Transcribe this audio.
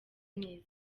neza